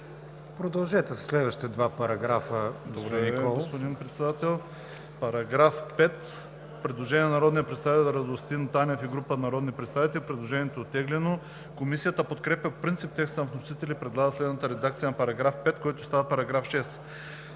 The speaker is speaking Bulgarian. Продължете със следващите два параграфа, господин Николов.